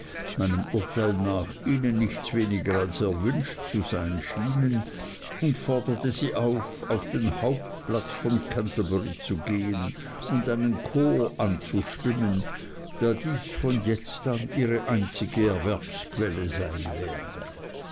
meinem urteil nach ihnen nichts weniger als erwünscht zu sein schienen und forderte sie auf auf den hauptplatz von canterbury zu gehen und einen chor anzustimmen da dies von jetzt an ihre einzige erwerbsquelle sein werde